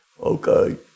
Okay